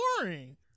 boring